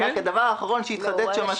דבר אחרון שהתחדד שם,